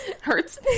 Hurts